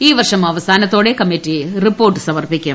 ഈ വർഷം അവസാനത്തോടെ കമ്മിറ്റി റിപ്പോർട്ട് സമർപ്പിക്കും